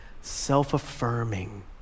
self-affirming